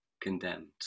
condemned